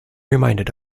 reminded